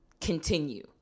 continue